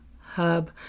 hub